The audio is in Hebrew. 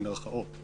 במירכאות,